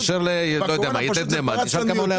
תתקשר ליתד נאמן ותשאל כמה עולה עמוד.